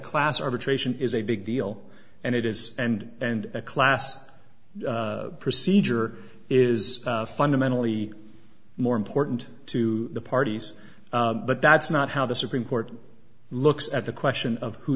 class arbitration is a big deal and it is and and a class procedure is fundamentally more important to the parties but that's not how the supreme court looks at the question of who